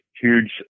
huge